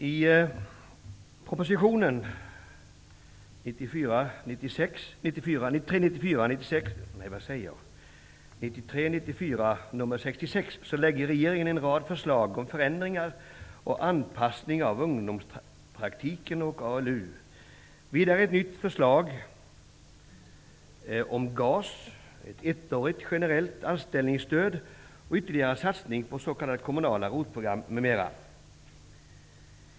I prop. 1993/94:66 har regeringen en rad förslag om förändringar och anpassning av ungdomspraktiken och ALU. Vidare finns ett nytt förslag om GAS. Det är ett ettårigt generellt anställningsstöd. Propositionen handlar också om ytterligare satsningar på s.k. kommunala ROT-program m.m.